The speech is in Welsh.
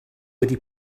wedi